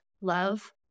love